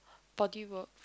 body work